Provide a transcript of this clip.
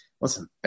listen